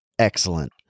Excellent